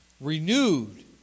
renewed